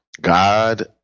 God